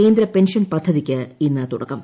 കേന്ദ്രപെൻഷൻ പദ്ധതിയ്ക്ക് ഇന്ന് തുടക്കം